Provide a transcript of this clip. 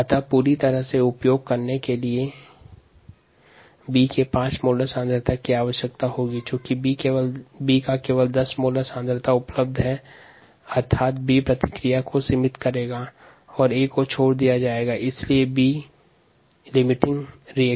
अतः पूर्ण रूप से उपयोग करने के लिए के लिए B की 5 मोलर सांद्रता की और आवश्यकता होगी चूँकि B के केवल 10 मोलर सांद्रता मौजूद है अतः B अभिक्रिया को सीमित करेगा और यह सिमित क्रियाकारक की तरह कार्य करेगा